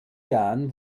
jahren